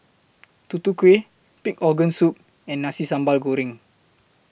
Tutu Kueh Pig Organ Soup and Nasi Sambal Goreng